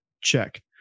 check